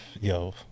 Yo